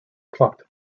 plucked